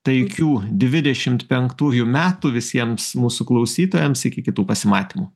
taikių dvidešimt penktųjų metų visiems mūsų klausytojams iki kitų pasimatymų